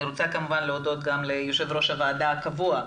אני רוצה כמובן להודות גם ליושב-ראש הוועדה הקבוע,